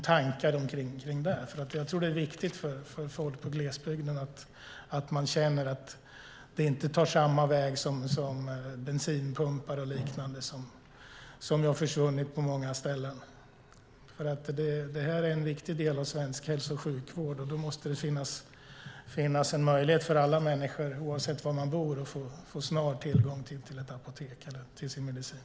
Jag tror att det är viktigt för folk i glesbygden att kunna känna att det inte tar samma väg som bensinpumpar och liknande, som har försvunnit på många ställen. Det här är en viktig del av svensk hälso och sjukvård, och då måste det finnas en möjlighet för alla människor oavsett var man bor att få snar tillgång till sin medicin.